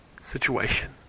situation